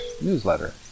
newsletter